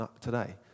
today